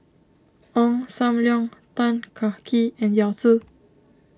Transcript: Ong Sam Leong Tan Kah Kee and Yao Zi